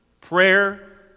prayer